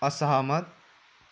असहमत